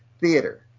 theater